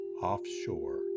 offshore